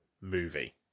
movie